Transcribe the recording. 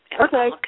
okay